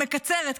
מקצרת,